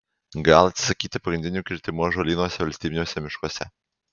gal atsisakyti pagrindinių kirtimų ąžuolynuose valstybiniuose miškuose